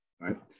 right